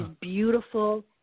beautiful